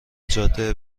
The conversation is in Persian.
جاده